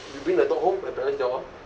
you bring the dog home my parents siao ah